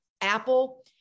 Apple